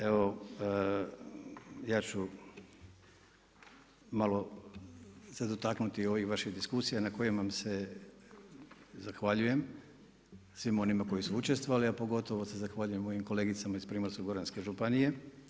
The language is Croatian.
Evo ja ću malo se dotaknuti ovih vaših diskusija na kojim vam se zahvaljujem i svima onima koji su učestali a pogotovo se zahvaljujem mojim kolegicama iz Primorsko-goranske županije.